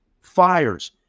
fires